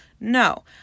No